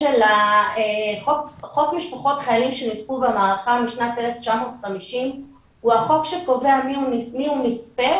חוק משפחות חיילים שנספו במערכה משנת 1950 הוא החוק שקובע מי הוא נספה